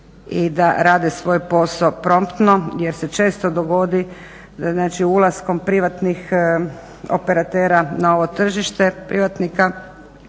i da rade svoj posao promptno jer se često dogodi da znači ulaskom privatnih operatera na ovo tržište privatnika